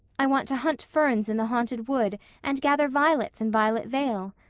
i want to hunt ferns in the haunted wood and gather violets in violet vale.